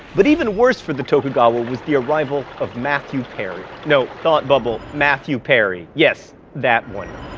but even worse for the tokugawa was the arrival of matthew perry. no, thought bubble, matthew perry. yes, that one.